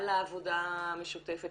על העבודה המשותפת,